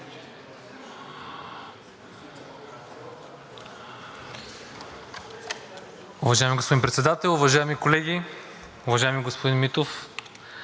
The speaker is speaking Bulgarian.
Уважаеми господин Председател, уважаеми колеги! Уважаеми господин Митов,